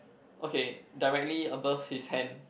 okay directly above his hand